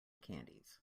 candies